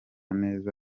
neza